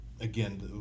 again